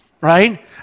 Right